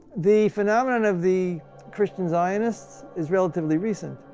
the phenomenon of the christian zionists is relatively recent.